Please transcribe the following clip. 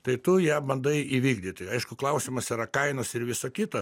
tai tu ją bandai įvykdyti aišku klausimas yra kainos ir viso kita